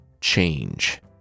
change